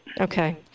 Okay